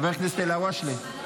חבר הכנסת אלהואשלה.